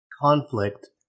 conflict